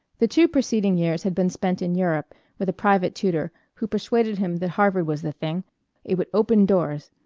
the two preceding years had been spent in europe with a private tutor, who persuaded him that harvard was the thing it would open doors,